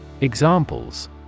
Examples